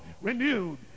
renewed